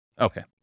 Okay